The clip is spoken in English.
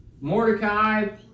Mordecai